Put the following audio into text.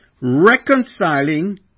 reconciling